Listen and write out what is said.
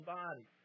body